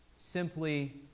simply